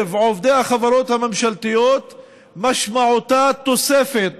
עובדי החברות הממשלתיות משמעותה תוספת